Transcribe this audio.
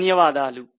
ధన్యవాదాలు